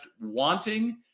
wanting